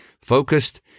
focused